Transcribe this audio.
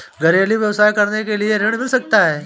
घरेलू व्यवसाय करने के लिए ऋण मिल सकता है?